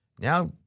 Now